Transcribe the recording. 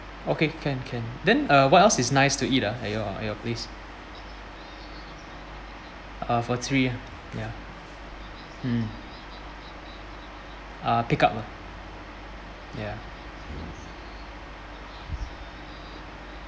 okay can can then uh what else is nice to eat ah at your your place uh for three ah ya mm ah pick up lah ya